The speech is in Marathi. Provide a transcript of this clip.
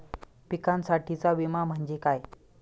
पिकांसाठीचा विमा म्हणजे काय?